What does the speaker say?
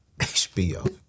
HBO